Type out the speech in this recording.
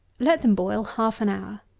let them boil half an hour.